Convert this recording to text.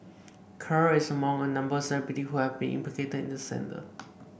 kerr is among a number of celebrities who have been implicated in the scandal